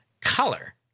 Color